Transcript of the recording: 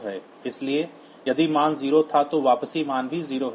इसलिए यदि मान 0 था तो वापसी मान भी 0 है